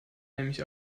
nämlich